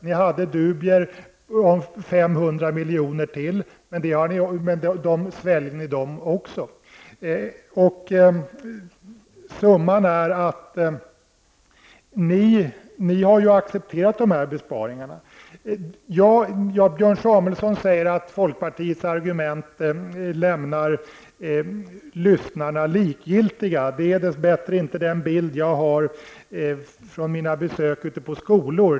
Ni hade dubier om besparingar på ytterligare 500 miljoner, men nu sväljer ni också det. Ni har alltså accepterat de här besparingarna. Björn Samuelson säger att folkpartiets argument lämnar lyssnarna likgiltiga. Det är dess bättre inte den bild jag har från mina besök ute på skolor.